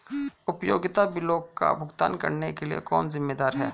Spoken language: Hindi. उपयोगिता बिलों का भुगतान करने के लिए कौन जिम्मेदार है?